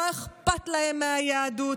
לא אכפת להם מהיהדות,